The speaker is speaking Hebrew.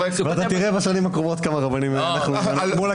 תראה בשנים הקרובות כמה רבנים נמנה.